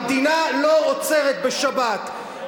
המדינה לא עוצרת בשבת.